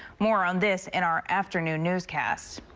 more on this in our afternoon newscast.